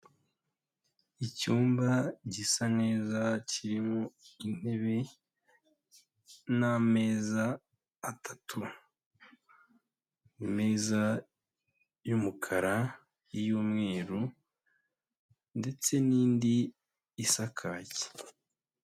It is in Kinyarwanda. Icyumba gisa neza kirimo intebe n'ameza atatu. Imeza y'umukara, iy'umweru ndetse n'indi isa kaki.